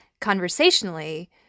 conversationally